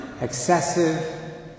excessive